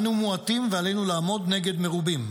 אנו מועטים ועלינו לעמוד נגד מרובים,